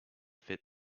fit